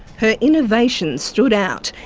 her innovation stood out.